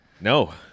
No